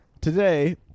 today